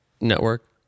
network